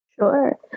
Sure